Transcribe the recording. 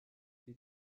die